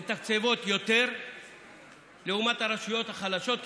מתקצבות יותר מהרשויות החלשות,